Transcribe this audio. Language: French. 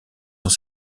dans